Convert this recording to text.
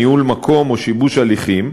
ניהול מקום או שיבוש הליכים,